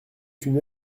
une